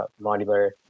modular